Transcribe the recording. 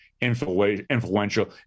influential